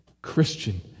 Christian